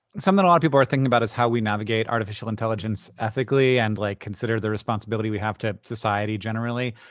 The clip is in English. something a lot of people are thinking about is how we navigate artificial intelligence ethically and, like, consider the responsibility we have to society generally.